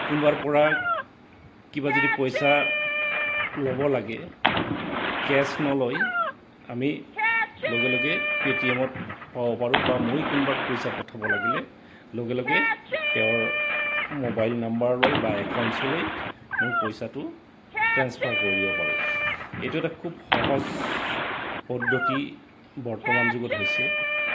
কাৰোবাৰপৰা কিবা যদি পইচা ল'ব লাগে কেছ নলয় আমি লগে লগে পে'টিএমত পাব পাৰোঁ বা মই কাৰোবাক পইচা পঠাব লাগিলে লগে লগে তেওঁৰ মোবাইল নাম্বাৰলৈ বা একাউণ্টছলৈ মই পইচাটো ট্ৰেন্ঞ্চফাৰ কৰি দিব পাৰোঁ এইটো এটা খুব সহজ পদ্ধতি বৰ্তমান যুগত হৈছে